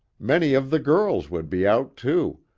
many of the girls would be out, too,